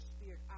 spirit